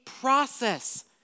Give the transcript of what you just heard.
process